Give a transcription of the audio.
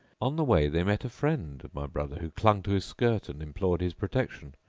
on the way they met a friend of my brother who clung to his skirt and implored his protection,